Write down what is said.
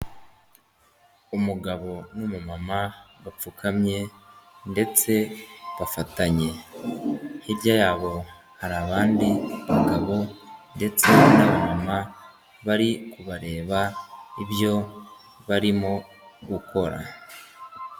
Umugabo n'umumama bapfukamye ndetse bafatanye, hirya yabo hari abandi bagabo ndetse na bamama bari kubareba ibyo barimo gukora.